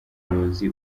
ubuyobozi